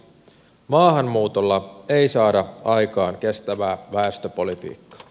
maahanmuutolla ei saada aikaan kestävää väestöpolitiikkaa